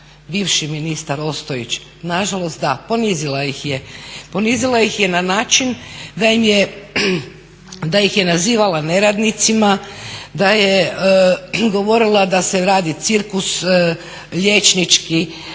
bivši ministar Ostojić, nažalost da ponizila ih je. ponizila ih je na način da ih je nazivala neradnicima, da je govorila da se raci cirkus liječnički,